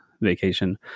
vacation